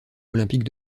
olympique